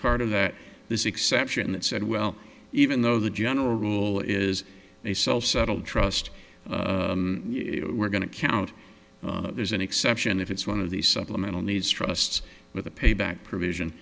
part of that this exception that said well even though the general rule is a self settled trust we're going to count there's an exception if it's one of these supplemental needs trusts with a payback provision